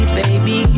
baby